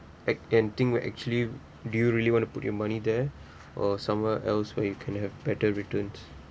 act~ and think what actually do you really want to put your money there or somewhere else where you can have better returns